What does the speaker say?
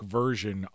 version